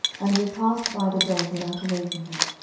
and we passed by the dog without awaking him.